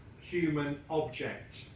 human-object